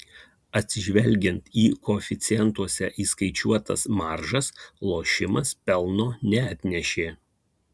atsižvelgiant į koeficientuose įskaičiuotas maržas lošimas pelno neatnešė